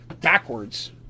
backwards